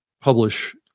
publish